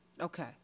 Okay